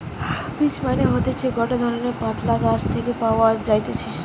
peach মানে হতিছে গটে ধরণের পাতলা গাছ থেকে পাওয়া যাইতেছে